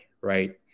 right